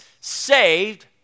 saved